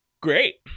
great